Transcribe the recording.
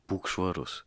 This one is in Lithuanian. būk švarus